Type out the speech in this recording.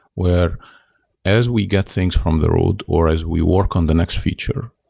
where as we get things from the road, or as we work on the next feature,